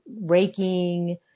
raking